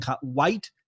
white